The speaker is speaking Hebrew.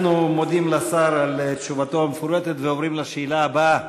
אנחנו מודים לשר על תשובתו המפורטת ועוברים לשאלה הבאה.